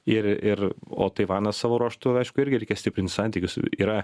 ir ir o taivaną savo ruožtu aišku irgi reikia stiprint santykius su yra